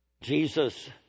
Jesus